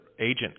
agent